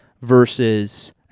versus